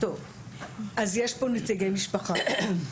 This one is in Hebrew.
אז יש פה נציגי משפחה.